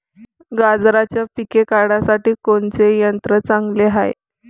गांजराचं पिके काढासाठी कोनचे यंत्र चांगले हाय?